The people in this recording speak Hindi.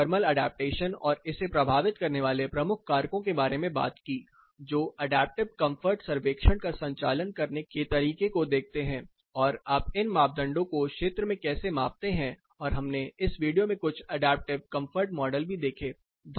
फिर हमने थर्मल ऐडप्टेशन और इसे प्रभावित करने वाले प्रमुख कारकों के बारे में बात की जो अडैप्टिव कंफर्ट सर्वेक्षण का संचालन करने के तरीके को देखते थे और आप इन मापदंडों को क्षेत्र में कैसे मापते हैं और हमने इस वीडियो में कुछ अडैप्टिव कंफर्ट मॉडल भी देखे